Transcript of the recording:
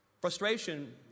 Frustration